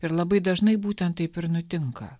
ir labai dažnai būtent taip ir nutinka